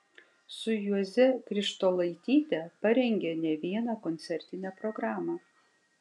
su juoze krištolaityte parengė ne vieną koncertinę programą